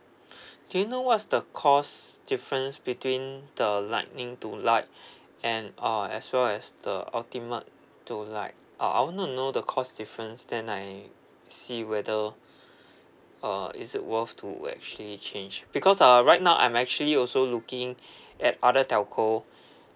do you know what's the cost difference between the lightning to lite and uh as well as the ultimate to lite uh I wanted to know the cost difference then I see whether uh is it worth to actually change because uh right now I'm actually also looking at other telco